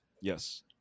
Yes